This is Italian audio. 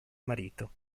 marito